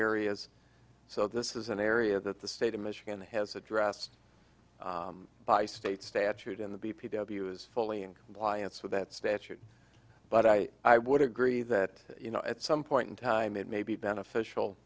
areas so this is an area that the state of michigan has addressed by state statute in the b p w is fully in compliance with that statute but i i would agree that you know at some point in time it may be beneficial